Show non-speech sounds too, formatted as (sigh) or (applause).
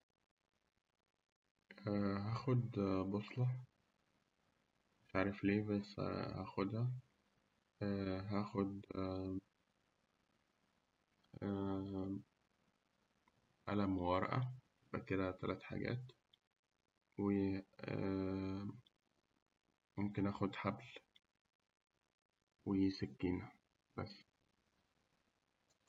هأخد بوصلة. مش عارف ليه؟ بس هأخدها. (hesitation) هأخد (hesitation) قلم وورقة يبقى كده تلات حاجات. و (hesitation) ممكن أخد حبل وكسينة بس.